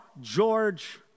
George